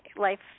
life